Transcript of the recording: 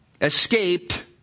escaped